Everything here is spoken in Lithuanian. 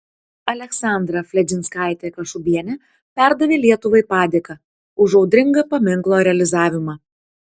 aleksandra fledžinskaitė kašubienė perdavė lietuvai padėką už audringą paminklo realizavimą